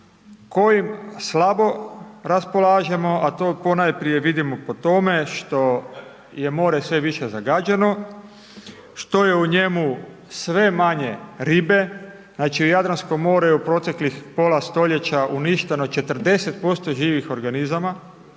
kojim slabo raspolažemo a to ponajprije vidimo po tome što je more sve više zagađeno, što je u njemu sve manje ribe. Znači u Jadranskom moru je u proteklih pola stoljeća uništeno 40% živih organizama,